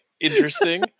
interesting